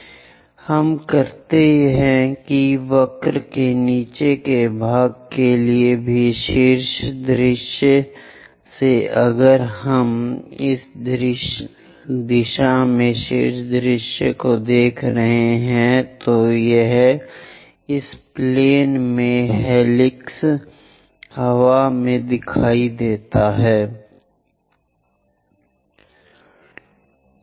तो हम करते हैं कि वक्र के नीचे के भाग के लिए भी शीर्ष दृश्य से अगर हम इस दिशा में शीर्ष दृश्य से देख रहे हैं तो उस विमान पर उस हेलिक्स हवा हमें कैसे आकर्षित करती है